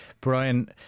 Brian